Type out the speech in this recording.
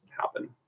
happen